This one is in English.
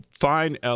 fine